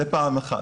זו פעם אחת,